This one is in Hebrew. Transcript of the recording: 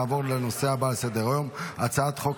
נעבור לנושא הבא על סדר-היום: הצעת חוק